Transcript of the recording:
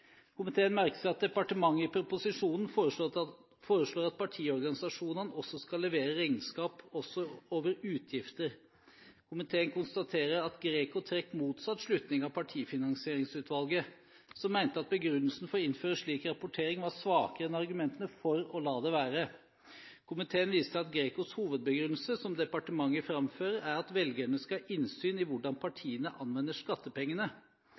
Komiteen merker seg at departementet i proposisjonen foreslår at partiorganisasjonene også skal levere regnskap over utgifter. Komiteen konstaterer at GRECO trekker motsatt slutning av Partifinansieringsutvalget, som mente at begrunnelsen for å innføre slik rapportering var svakere enn argumentene for å la det være. Komiteen viser til at GRECOs hovedbegrunnelse, som departementet framfører, er at velgerne skal ha innsyn i hvordan partiene anvender skattepengene.